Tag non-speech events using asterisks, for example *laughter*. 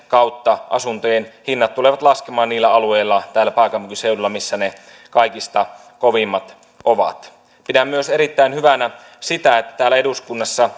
*unintelligible* kautta asuntojen hinnat tulevat laskemaan täällä pääkaupunkiseudulla niillä alueilla missä ne kaikista kovimmat ovat pidän myös erittäin hyvänä sitä että täällä eduskunnassa *unintelligible*